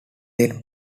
then